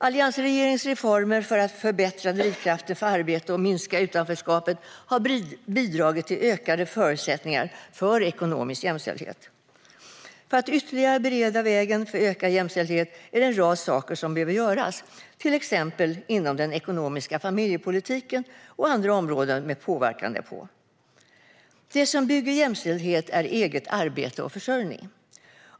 Alliansregeringens reformer för att förbättra drivkrafterna för arbete och minska utanförskapet har bidragit till ökade förutsättningar för ekonomisk jämställdhet. För att ytterligare bereda vägen för ökad jämställdhet är det en rad saker som behöver göras, till exempel inom den ekonomiska familjepolitiken och andra områden med påverkan därpå. Det som bygger jämställdhet är eget arbete och försörjning.